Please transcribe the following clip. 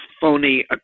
phony